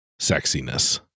sexiness